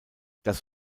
das